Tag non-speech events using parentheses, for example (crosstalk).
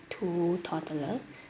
two toddler (breath)